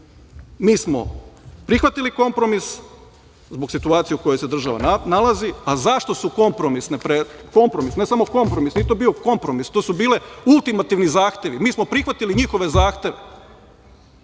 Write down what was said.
mi smo prihvatili kompromis zbog situacije u kojoj se država nalazi. A zašto kompromis? Nije to bio kompromis, to su bili ultimativni zahtevi. Mi smo prihvatili njihove zahteve,